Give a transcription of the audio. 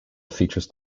features